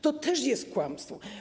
To też jest kłamstwo.